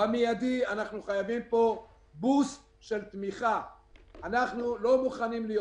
אנחנו חייבים בוסט של צמיחה באופן מידי.